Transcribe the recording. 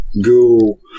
go